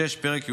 פרק י"א,